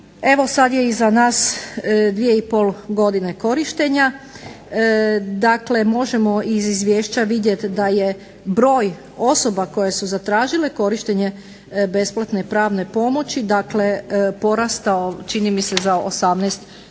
Evo sad je iza nas dvije i pol godine korištenja. Dakle, možemo iz izvješća vidjeti da je broj osoba koje su zatražile korištenje besplatne pravne pomoći, dakle porastao čini mi se za 18% i da